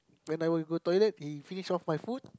when I will go toilet he finish off my food